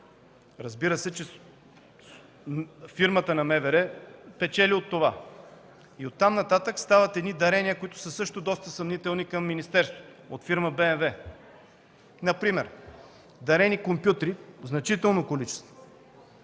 Разбира се, че фирмата на МВР печели от това. И от там нататък стават едни дарения, които са също доста съмнителни към министерството от фирма БМВ. Например, значително количество